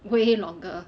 way longer